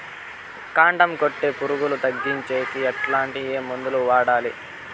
కాండం కొట్టే పులుగు తగ్గించేకి ఎట్లా? ఏ మందులు వాడాలి?